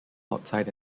outside